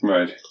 Right